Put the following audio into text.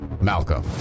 Malcolm